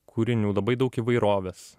kūrinių labai daug įvairovės